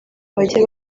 bajya